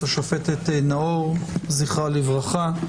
השופטת נאור זכרה לברכה.